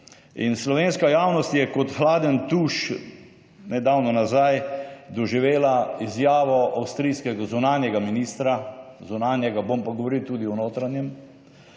slovenska javnost je kot hladen tuš nedavno nazaj doživela izjavo avstrijskega zunanjega ministra, bom pa govoril tudi o notranjem,